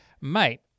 mate